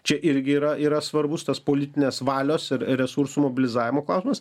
čia irgi yra yra svarbus tas politinės valios ir resursų mobilizavimo klausimas